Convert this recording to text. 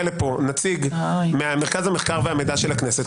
לפה נציג ממרכז המחקר והמידע של הכנסת,